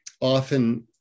often